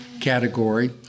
category